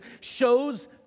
shows